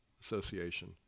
association